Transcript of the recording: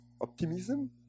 optimism